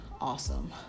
awesome